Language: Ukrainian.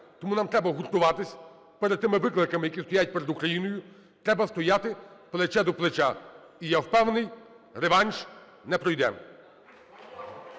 Тому нам треба гуртуватись перед тими викликами, які стоять перед Україною, треба стояти плече до плеча. І я впевнений: реванш не пройде.